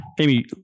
Amy